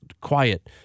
quiet